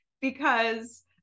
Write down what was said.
because-